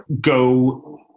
go